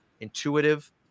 intuitive